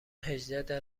هجده